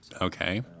Okay